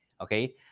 Okay